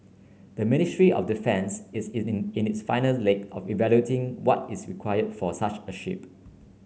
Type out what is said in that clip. the ministry of defence is in the in the final leg of evaluating what is require for such a ship